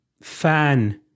fan